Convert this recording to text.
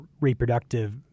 reproductive